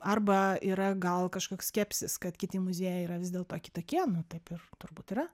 arba yra gal kažkoks skepsis kad kiti muziejai yra vis dėlto kitokie nu taip ir turbūt yra